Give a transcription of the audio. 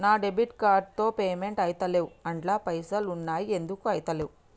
నా debit card తో payment ఐతలేవ్ అండ్ల పైసల్ ఉన్నయి ఎందుకు ఐతలేవ్?